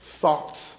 thoughts